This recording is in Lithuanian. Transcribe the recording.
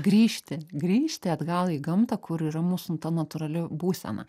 grįžti grįžti atgal į gamtą kur yra mūsų ta natūrali būsena